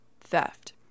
theft